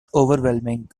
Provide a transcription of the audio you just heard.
overwhelming